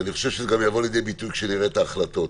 אני חושב שזה יבוא לידי ביטוי כשאנחנו נראה את ההחלטות.